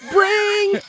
Bring